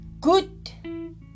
good